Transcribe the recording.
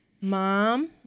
Mom